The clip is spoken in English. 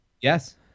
Yes